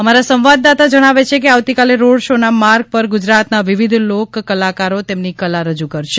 અમારા સંવાદદાતા જણાવે છે કે આવતીકાલે રોડ શોના માર્ગ પર ગુજરાતનાં વિવિધ લોક કલાકારો તેમની કલા રજૂ કરશે